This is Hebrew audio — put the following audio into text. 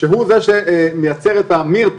שהוא זה שמייצר את המירתת,